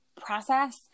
process